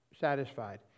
satisfied